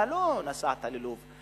אתה לא נסעת ללוב.